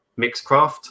Mixcraft